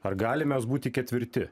ar galim mes būti ketvirti